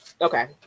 okay